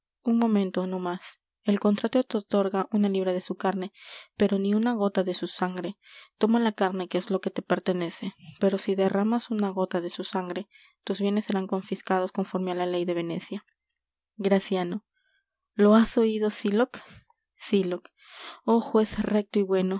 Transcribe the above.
un momento no más el contrato te otorga una libra de su carne pero ni una gota de su sangre toma la carne que es lo que te pertenece pero si derramas una gota de su sangre tus bienes serán confiscados conforme á la ley de venecia graciano lo has oido sylock sylock oh juez recto y